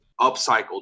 upcycled